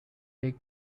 take